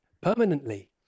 permanently